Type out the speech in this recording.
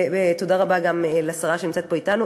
ותודה רבה גם לשרה שנמצאת פה אתנו,